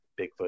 Bigfoot